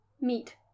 meat